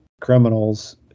criminals